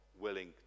willing